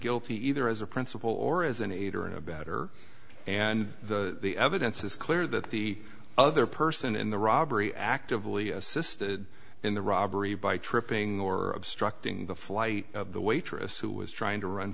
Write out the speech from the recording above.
guilty either as a principal or as an aider and abettor and the evidence is clear that the other person in the robbery actively assisted in the robbery by tripping or obstructing the flight of the waitress who was trying to run